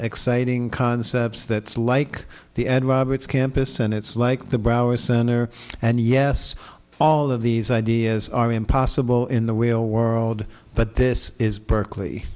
exciting concepts that like the end robert's campus and it's like the brower center and yes all of these ideas are impossible in the wheel world but this is berkeley